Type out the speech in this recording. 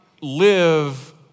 live